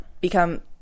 become